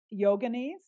Yoginis